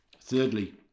thirdly